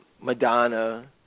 Madonna